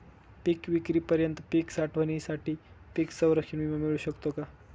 पिकविक्रीपर्यंत पीक साठवणीसाठी पीक संरक्षण विमा मिळू शकतो का?